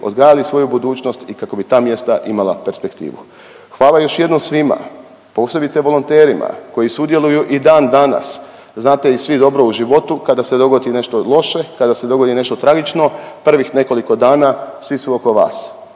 odgajali svoju budućnost i kako bi ta mjesta imala perspektivu. Hvala još jednom svima, posebice volonterima koji sudjeluju i dan danas. Znate i svi dobro u životu kada se dogodi nešto loše, kada se dogodi nešto tragično prvih nekoliko dana svi su oko vas,